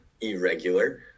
irregular